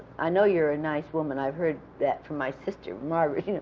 i know you're a nice woman. i've heard that from my sister, margaret, you know.